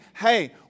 hey